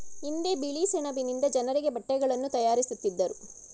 ಹಿಂದೆ ಬಿಳಿ ಸೆಣಬಿನಿಂದ ಜನರಿಗೆ ಬಟ್ಟೆಗಳನ್ನು ತಯಾರಿಸುತ್ತಿದ್ದರು